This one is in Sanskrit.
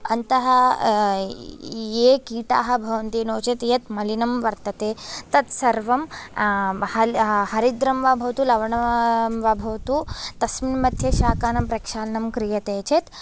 अन्तः ये कीटाः भवन्ति नोचेत् यत् मलिनं वर्तते तत्सर्वं हरिद्रं वा भवतु लवणं वा भवतु तस्मिन् मध्ये शाकानां प्रक्षालनं क्रियते चेत्